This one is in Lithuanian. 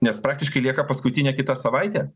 nes praktiškai lieka paskutinė kita savaitė